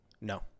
No